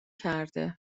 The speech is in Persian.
کرده